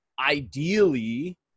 ideally